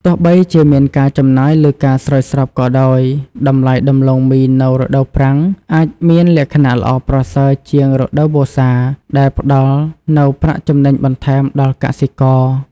ទោះបីជាមានការចំណាយលើការស្រោចស្រពក៏ដោយ តម្លៃដំឡូងមីនៅរដូវប្រាំងអាចមានលក្ខណៈល្អប្រសើរជាងរដូវវស្សា ដែលផ្តល់នូវប្រាក់ចំណេញបន្ថែមដល់កសិករ។